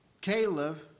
Caleb